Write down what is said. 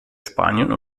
spanien